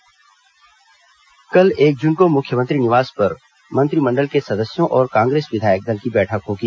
कांग्रेस बैठक कल एक जून को मुख्यमंत्री निवास पर मंत्रिमंडल के सदस्यों और कांग्रेस विधायक दल की बैठक होगी